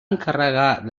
encarregar